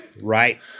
Right